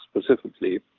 specifically